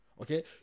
Okay